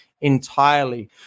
entirely